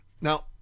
Now